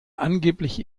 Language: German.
angeblich